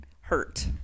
hurt